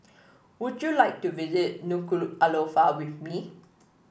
would you like to visit Nuku'alofa with me